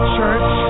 Church